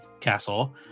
Castle